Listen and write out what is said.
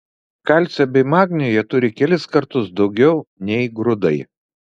kalcio bei magnio jie turi kelis kartus daugiau nei grūdai